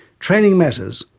training matters,